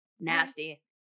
Nasty